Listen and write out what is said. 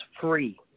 free